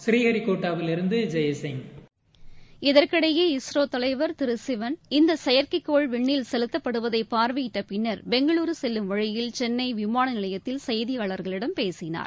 ப்ரீஹரிகோட்டாவிலிருந்து இதற்கிடையே இஸ்ரோ தலைவர் திரு சிவன் இந்த செயற்கைக்கோள் விண்ணில் செலுத்தப்படுவதை பார்வையிட்ட பின்னர் பெங்களுரு செல்லும் வழியில் சென்னை விமானநிலையத்தில் செய்தியாளர்களிடம் பேசினார்